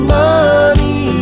money